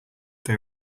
they